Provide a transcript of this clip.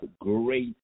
great